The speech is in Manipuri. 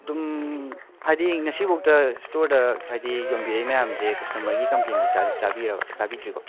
ꯑꯗꯨꯝ ꯍꯥꯏꯗꯤ ꯉꯁꯤꯕꯣꯛꯇ ꯏꯁꯇꯣꯔꯗ ꯍꯥꯏꯗꯤ ꯌꯣꯟꯕꯤꯔꯛꯏ ꯃꯌꯥꯝꯁꯦ ꯀꯁꯇꯃꯔꯒꯤ ꯀꯝꯄ꯭ꯂꯦꯟꯗꯤ ꯆꯥꯗꯤ ꯆꯥꯕꯤꯔꯕ ꯆꯥꯕꯤꯗ꯭ꯔꯤꯀꯣ